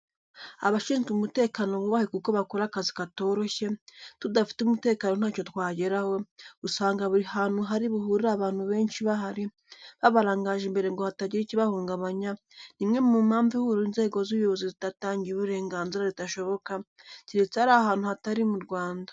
Abashinzwe umutekano bubahwe bakora akazi katoroshye, tudafite umutekano ntacyo twageraho, usanga buri hantu hari buhurire abantu benshi bahari, babarangaje imbere ngo hatagira ikibahungabanya, ni imwe mu mpamvu ihuriro inzego z'ubuyobozi zitatangiye uburenganzira ritashoboka, keretse ari ahandi hatari mu Rwanda.